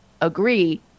agree